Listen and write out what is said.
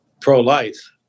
pro-life